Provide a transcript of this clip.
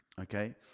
Okay